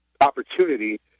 opportunity